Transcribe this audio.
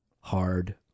hard